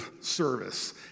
service